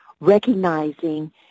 recognizing